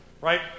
Right